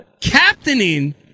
captaining